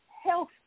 Health